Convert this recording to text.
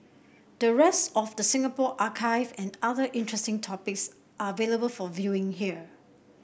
the rest of the Singapore archive and other interesting topics are available for viewing here